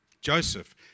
Joseph